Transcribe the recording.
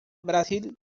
brasil